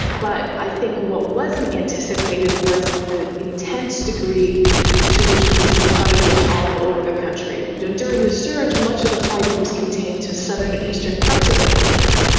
but i think what wasn't anticipated was the intense degree to which we would see fighting all over the country. you know, during the surge much of the fighting was contained to southern and eastern parts of the country,